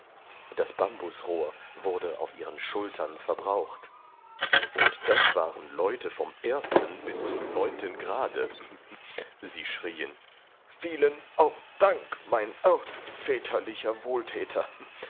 das bambusrohr wurde auf ihren schultern verbraucht und das waren leute vom ersten bis zum neunten grade sie schrieen vielen dank mein väterlicher wohlthäter